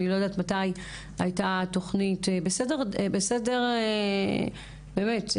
אני לא יודעת מתי הייתה תוכנית בסדר לאומי,